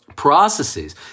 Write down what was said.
processes